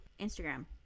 instagram